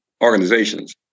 organizations